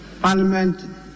Parliament